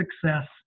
success